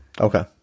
Okay